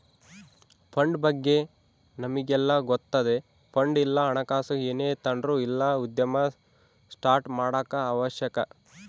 fund ಬಗ್ಗೆ ನಮಿಗೆಲ್ಲ ಗೊತ್ತತೆ ಫಂಡ್ ಇಲ್ಲ ಹಣಕಾಸು ಏನೇ ತಾಂಡ್ರು ಇಲ್ಲ ಉದ್ಯಮ ಸ್ಟಾರ್ಟ್ ಮಾಡಾಕ ಅವಶ್ಯಕ